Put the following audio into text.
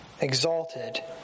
exalted